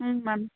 ಹ್ಞೂ ಮ್ಯಾಮ್